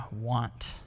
want